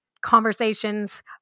Conversations